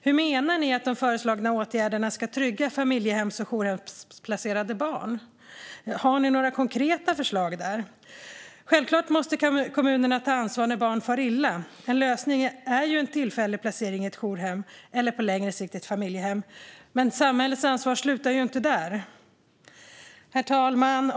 Hur menar regeringen att de föreslagna åtgärderna ska trygga familjehems och jourhemsplacerade barn? Har ni några konkreta förslag där? Givetvis måste kommunerna ta ansvar när barn far illa. En lösning är en tillfällig placering i ett jourhem eller på längre sikt i ett familjehem. Men samhällets ansvar slutar inte där. Herr talman!